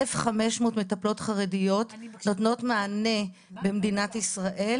1,500 מטפלות חרדיות נותנות מענה במדינת ישראל,